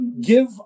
give